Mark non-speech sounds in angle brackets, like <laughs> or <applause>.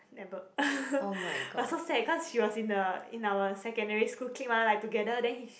never <laughs> but so sad cause she was in a in our secondary school clique mah like together then he